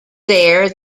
there